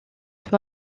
doit